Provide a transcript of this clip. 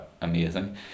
amazing